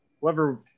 whoever